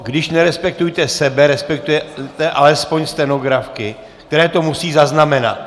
Když nerespektujete sebe, respektujte alespoň stenografky, které to musí zaznamenat.